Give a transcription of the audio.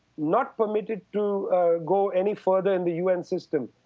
not permit it to go any further in the un system.